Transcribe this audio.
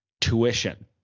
tuition